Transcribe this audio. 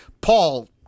paul